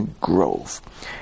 grove